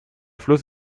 fluss